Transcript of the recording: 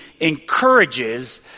encourages